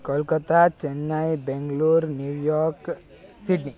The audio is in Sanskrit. Kolkata Chennai Bengaluru New York Sydney